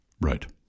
Right